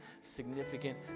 significant